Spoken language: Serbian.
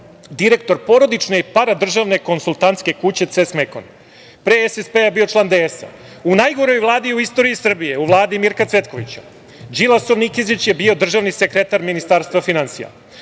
direktor porodične i paradržavne konsultantske kuće „CES Mekon“. Pre SSP-a bio je član Demokratske stranke. U najgoroj Vladi u istoriji Srbije, u Vladi Mirka Cvetkovića, Đilasov Nikezić je bio državni sekretar Ministarstva finansija.